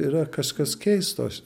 yra kažkas keisto aš